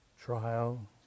trial